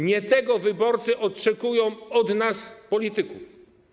Nie tego wyborcy oczekują od nas, polityków.